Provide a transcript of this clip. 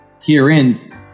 Herein